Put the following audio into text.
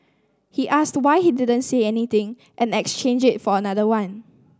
he asked why he didn't say anything and exchange it for another one